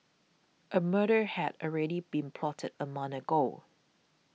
a murder had already been plotted a month ago